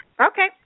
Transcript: Okay